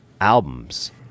albums